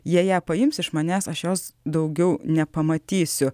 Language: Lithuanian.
jie ją paims iš manęs aš jos daugiau nepamatysiu